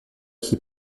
qui